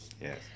Yes